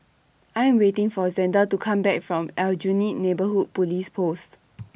I Am waiting For Zander to Come Back from Aljunied Neighbourhood Police Post